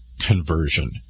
conversion